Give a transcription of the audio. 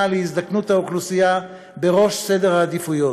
להזדקנות האוכלוסייה בראש סדר העדיפויות.